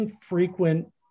frequent